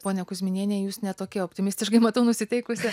ponia kuzminiene jūs ne tokia optimistiškai matau nusiteikusi